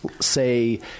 say